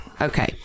okay